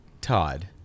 Todd